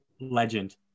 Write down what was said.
Legend